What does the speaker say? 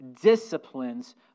disciplines